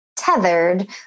tethered